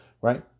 right